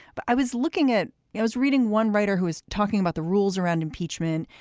but i was looking at you. i was reading one writer who is talking about the rules around impeachment.